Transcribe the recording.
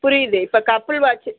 புரியுது இப்போ couple watch